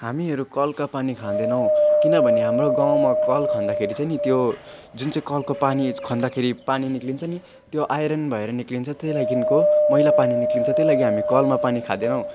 हामीहरू कलका पानी खाँदैनौँ किनभने हाम्रो गाउँमा कल खन्दाखेरि चाहिँ नि त्यो जुन चाहिँ कलको पानी खन्दाखेरि पानी निस्किन्छ नि त्यो आइरन भएर निस्किन्छ त्यही लागिको मैला पानी निस्किन्छ त्यही लागि हामी कलमा पानी खाँदैनौँ